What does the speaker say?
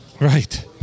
Right